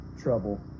trouble